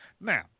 now